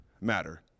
matter